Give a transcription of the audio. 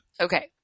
Okay